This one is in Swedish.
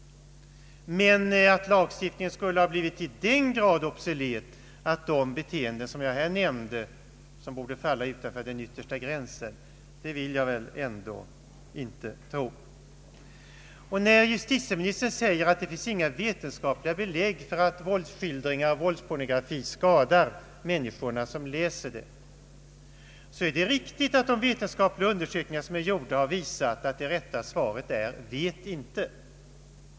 Att lagstiftningen skulle ha blivit till den grad obsolet, att straff inte skulle kunna inträda för de framställningar som jag här nämnde och som borde falla utanför den yttersta gränsen, vill jag ändå inte tro. När justitieministern säger att det inte finns några vetenskapliga belägg för att våldsskildringar och våldspornografi skadar de människor som läser sådant, är det riktigt så till vida att de vetenskapliga undersökningar som gjorts visar att det rätta svaret är: Vet inte.